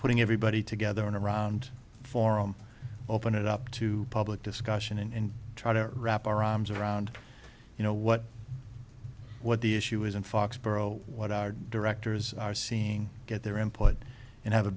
putting everybody together in a round forum open it up to public discussion and try to wrap our arms around you know what what the issue is in foxborough what our directors are seeing get their input and have a